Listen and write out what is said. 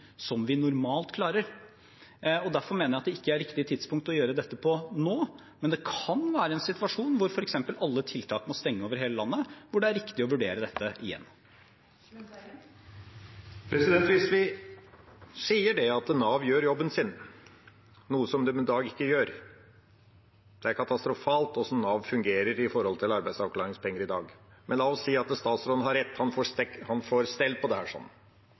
som de normalt klarer. Derfor mener jeg at det ikke er riktig tidspunkt å gjøre dette på nå, men det kan være en situasjon der f.eks. alle tiltak må stenge over hele landet, hvor det er riktig å vurdere dette igjen. Hvis vi sier at Nav gjør jobben sin – noe som de da ikke gjør, for det er katastrofalt hvordan Nav fungerer med hensyn til arbeidsavklaringspenger i dag, men la oss si at statsråden har rett, og at han får stell på